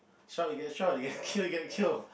shoot you get shoot you get a kill a kill